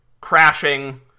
crashing